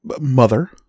mother